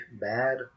bad